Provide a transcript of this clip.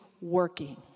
working